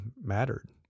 mattered